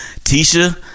tisha